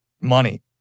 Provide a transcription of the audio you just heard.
Money